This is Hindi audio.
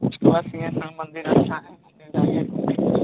उसके बाद सिंहेस्वर मंदिर अच्छा है उधर जाइए घूमिए